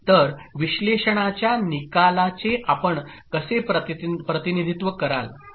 तर विश्लेषणाच्या निकालाचे आपण कसे प्रतिनिधित्व कराल